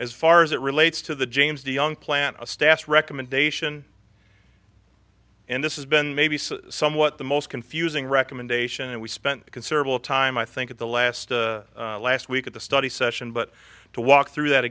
as far as it relates to the james the young plant staff recommendation and this has been maybe somewhat the most confusing recommendation and we spent a considerable time i think at the last last week of the study session but to walk through that